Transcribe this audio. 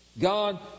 God